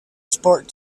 sport